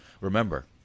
Remember